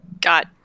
got